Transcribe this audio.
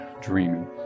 dreaming